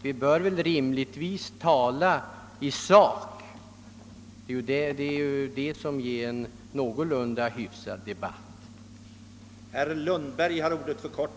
Vi bör rimligtvis tala i sak; det är nödvändigt för att få en någorlunda hyfsad debatt.